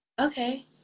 Okay